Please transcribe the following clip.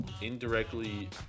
indirectly